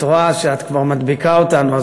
את רואה שאת כבר מדביקה אותנו,